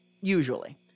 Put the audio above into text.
Usually